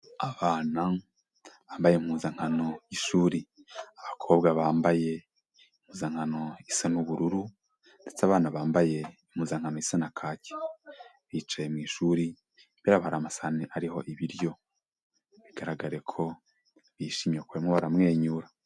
Abana bambaye impuzankano y'ishuri, abakobwa bambaye impuzankano isa n'ubururu ndetse abana bambaye impuzankano isa na kaki, bicaye mu ishuri barimo barareba amasahani ariho ibiryo bigaragare ko bishimimye kuko barimo baramwenyura.